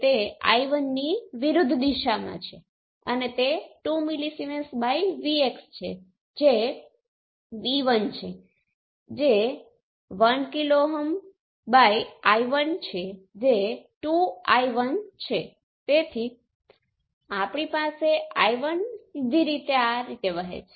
તેથી આ ગુણધર્મો યુનિલેટરલ અથવા રેસિપ્રોકલ હોવા માત્ર નેટવર્કની પોર્પર્ટિ છે અને નેટવર્કનું વર્ણન કરવા માટે તમે કયા પેરામીટર સેટને પસંદ કરો છો તે ધ્યાનમાં લીધા વગર તે સારી રહેશે